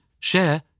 share